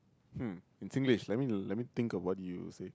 hmm in Singlish let me let me think of what you would say